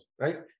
Right